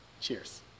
Cheers